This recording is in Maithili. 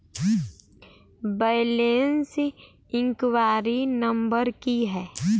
बैलेंस इंक्वायरी नंबर की है?